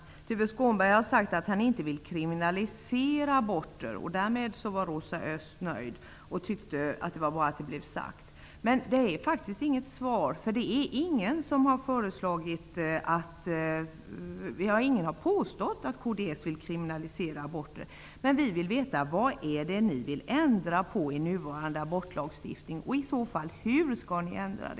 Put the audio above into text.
Tuve Skånberg har sagt att han inte vill kriminalisera aborter. Därmed var Rosa Östh nöjd. Hon tyckte att det var bra att det blev sagt. Men det är faktiskt inget svar. Ingen har påstått att kds vill kriminalisera aborter, men vi vill veta vad ni vill ändra på i den nuvarande abortlagstiftningen och i så fall hur det skall ändras.